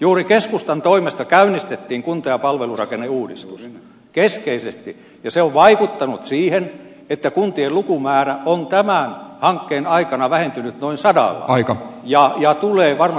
juuri keskustan toimesta käynnistettiin kunta ja palvelurakenneuudistus keskeisesti ja se on vaikuttanut siihen että kuntien lukumäärä on tämän hankkeen aikana vähentynyt noin sadalla ja tulee varmasti vähentymään